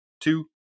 two